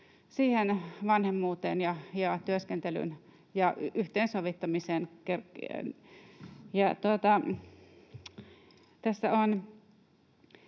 siihen vanhemmuuteen ja työskentelyyn ja niiden yhteensovittamiseen. Ja